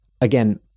again